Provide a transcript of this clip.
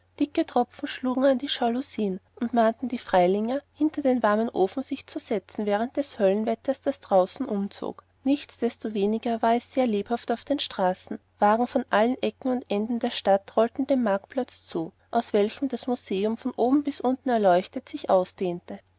dicke tropfen schlugen an die jalousien und mahnten die freilinger hinter den warmen ofen sich zu setzen während des höllenwetters das draußen umzog nichtsdestoweniger war es sehr lebhaft auf den straßen wagen von allen ecken und enden der stadt rollten dem marktplatz zu aus welchem das museum von oben bis unten erleuchtet sich ausdehnte